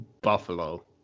Buffalo